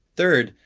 third,